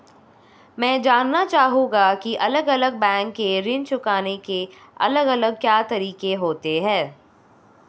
मैं जानना चाहूंगा की अलग अलग बैंक के ऋण चुकाने के अलग अलग क्या तरीके होते हैं?